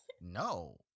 No